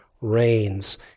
reigns